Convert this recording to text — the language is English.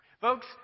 Folks